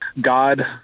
God